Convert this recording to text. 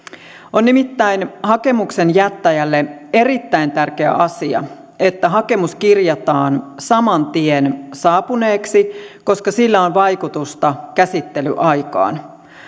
on nimittäin hakemuksen jättäjälle erittäin tärkeä asia että hakemus kirjataan saman tien saapuneeksi koska sillä on vaikutusta käsittelyaikaan